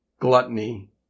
gluttony